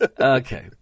Okay